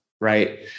right